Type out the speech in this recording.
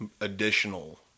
additional